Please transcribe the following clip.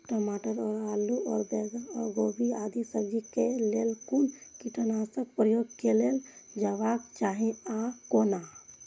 टमाटर और आलू और बैंगन और गोभी आदि सब्जी केय लेल कुन कीटनाशक प्रयोग कैल जेबाक चाहि आ कोना?